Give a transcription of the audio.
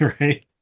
right